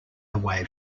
away